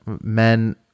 men